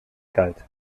galt